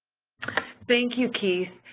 thank you, keith.